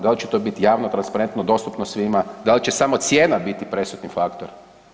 Da li će to biti javno, transparentno, dostupno svima, da li će samo cijena biti presudni faktor?